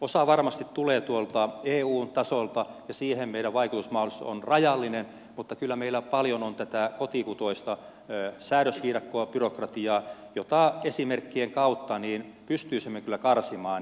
osa varmasti tulee tuolta eun tasolta ja siihen meidän vaikutusmahdollisuutemme on rajallinen mutta kyllä meillä paljon on tätä kotikutoista säädösviidakkoa byrokratiaa jota esimerkkien kautta pystyisimme kyllä karsimaan